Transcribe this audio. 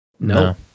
No